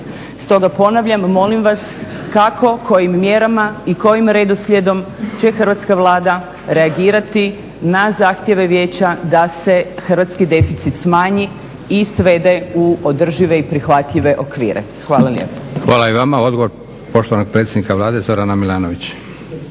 Stoga ponavljam, molim Vas kako, kojim mjerama i kojim redoslijedom će Hrvatska Vlada reagirati na zahtjeve vijeća da se hrvatski deficit smanji i svede u održive i prihvatljive okvire. Hvala lijepo. **Leko, Josip (SDP)** Hvala i vama. Odgovor poštovanog predsjednika Vlade Zorana Milanovića.